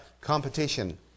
competition